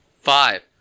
five